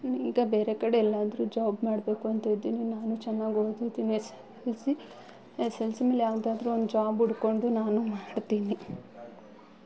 ಈಗ ಬೇರೆ ಕಡೆ ಎಲ್ಲಾದರೂ ಜಾಬ್ ಮಾಡಬೇಕು ಅಂತ ಇದ್ದೀನಿ ನಾನು ಚೆನ್ನಾಗ್ ಓದಿದ್ದೀನಿ S L C S L C ಮೇಲೆ ಯಾವುದಾದ್ರೂ ಒಂದು ಜಾಬ್ ಹುಡ್ಕೊಂಡು ನಾನು ಮಾಡ್ತೀನಿ